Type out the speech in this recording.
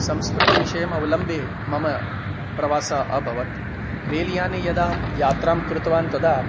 संस्कृतविषयम् अवलम्ब्य मम प्रवासः अभवत् रेल्याने यदा अहं यात्रां कृतवान् तदा